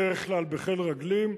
בדרך כלל בחיל רגלים,